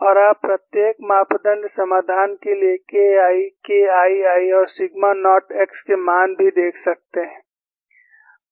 और आप प्रत्येक मापदण्ड समाधान के लिए K I K II और सिग्मा नॉट x के मान भी देख सकते हैं